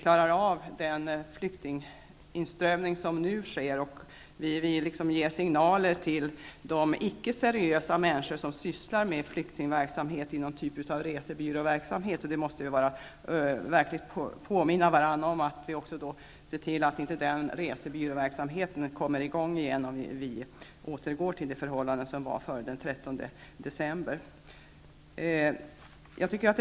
Frågan är om vi klarar den flyktinginströmning som nu pågår -- och om Sverige ger signaler till de icke seriösa människor som sysslar med flyktingverksamhet i någon form av ''resebyråverksamhet''. Vi måste påminna varandra om att se till att den ''resebyråverksamheten'' inte kommer i gång igen om Sverige återgår till de förhållanden som rådde innan 13 decemberbeslutet fattades.